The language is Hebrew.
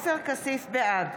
בעד